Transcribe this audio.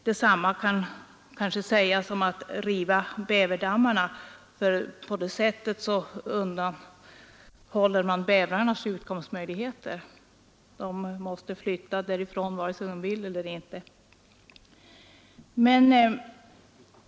Detsamma kan kanske sägas om möjligheten att riva bäverdammarna, eftersom man på det sättet undanröjer bävrarnas utkomstmöjligheter — de måste flytta därifrån vare sig de vill det eller inte.